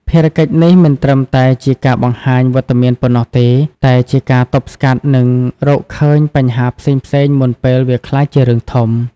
ភារកិច្ចនេះមិនត្រឹមតែជាការបង្ហាញវត្តមានប៉ុណ្ណោះទេ តែជាការទប់ស្កាត់ និងរកឃើញបញ្ហាផ្សេងៗមុនពេលវាក្លាយជារឿងធំ។